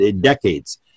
decades